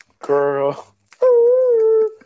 Girl